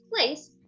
place